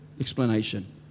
explanation